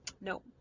No